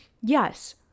Yes